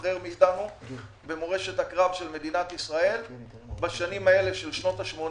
מאתנו זוכר במורשת הקרב של מדינת ישראל בשנים האלה של שנות ה-80